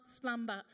slumber